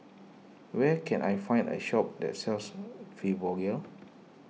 where can I find a shop that sells Fibogel